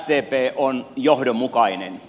sdp on johdonmukainen